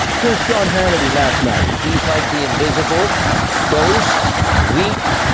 here's sean hannity last night he's like the invisible ghost week.